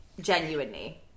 genuinely